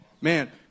Man